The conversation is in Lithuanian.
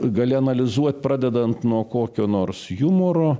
gali analizuot pradedant nuo kokio nors jumoro